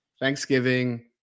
Thanksgiving